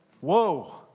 Whoa